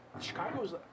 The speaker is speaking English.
Chicago's